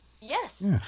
Yes